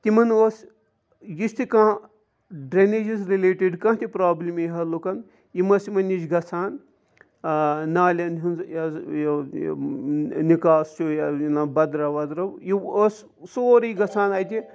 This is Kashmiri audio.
تِمَن اوس یُس تہِ کانٛہہ ڈرٛینیجِز رِلیٹِڈ کانٛہہ تہِ پرٛابلِم ییہِ ہا لُکَن یِم ٲسۍ یِمَن نِش گژھان نالٮ۪ن ہِنٛزٕ یہِ حظ یہِ نِکاس چھُ یا یہِ نہ بَدرَو وَدرَو یہِ اوس سورُے گژھان اَتہِ